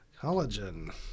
Collagen